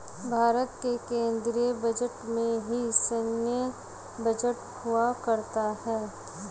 भारत के केन्द्रीय बजट में ही सैन्य बजट हुआ करता है